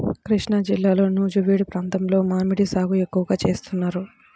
కృష్ణాజిల్లాలో నూజివీడు ప్రాంతంలో మామిడి సాగు ఎక్కువగా చేస్తారు